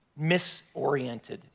misoriented